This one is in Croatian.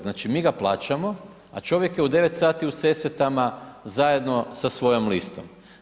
Znači mi ga plaćamo, a čovjek je u 9 sati u Sesvetama zajedno sa svojom listom.